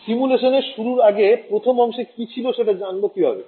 সিমুলেসানের শুরুর আগে প্রথম অংশে কি ছিল টা জানবো কিভাবে